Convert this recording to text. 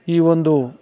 ಈ ಒಂದು